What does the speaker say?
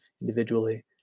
individually